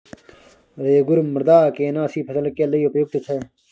रेगुर मृदा केना सी फसल के लिये उपयुक्त छै?